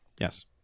Yes